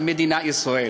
למדינת ישראל.